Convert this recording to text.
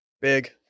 big